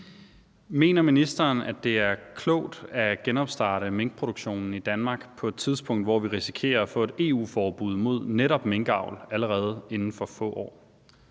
Mener ministeren, at det er klogt at genopstarte minkindustrien i Danmark på et tidspunkt, hvor vi risikerer at få et EU-forbud mod netop minkavl allerede inden for få år?